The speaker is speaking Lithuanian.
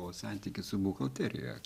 o santykis su buhalterija